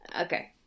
Okay